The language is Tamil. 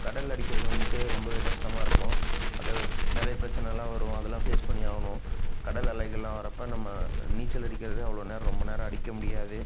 கடலில் அடிக்கிறது வந்துட்டு ரொம்பவே கஷ்டமாக இருக்கும் அது நிறைய பிரச்சனைலாம் வரும் அதெல்லாம் ஃபேஸ் பண்ணி ஆகணும் கடல் அலைகளெலாம் வர்றப்போ நம்ம நீச்சல் அடிக்கிறதை அவ்வளோ நேரம் ரொம்ப நேரம் அடிக்க முடியாது